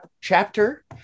chapter